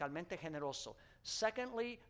Secondly